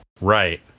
Right